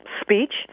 speech